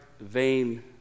vain